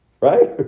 Right